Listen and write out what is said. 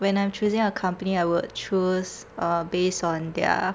when I'm choosing a company I will choose uh based on their